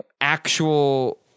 actual